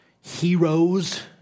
heroes